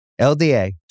LDA